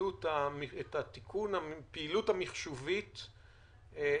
הפעילות המחשובית לנושא.